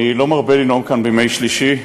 אני לא מרבה לנאום כאן בימי שלישי,